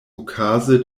okaze